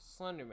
Slenderman